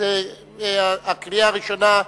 הקריאה הראשונה,